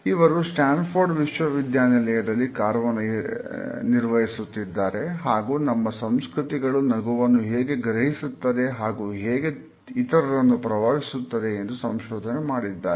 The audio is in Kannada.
ಇವರು ಸ್ಟ್ಯಾನ್ಫೋರ್ಡ್ ವಿಶ್ವವಿದ್ಯಾನಿಲಯದಲ್ಲಿ ಕಾರ್ಯನಿರ್ವಹಿಸುತ್ತಿದ್ದಾರೆ ಹಾಗೂ ನಮ್ಮ ಸಂಸ್ಕೃತಿಗಳು ನಗುವನ್ನು ಹೇಗೆ ಗ್ರಹಿಸುತ್ತದೆ ಹಾಗೂ ಹೇಗೆ ಇತರರನ್ನು ಪ್ರಭಾವಿಸುತ್ತದೆ ಎಂದು ಸಂಶೋಧನೆ ಮಾಡಿದ್ದಾರೆ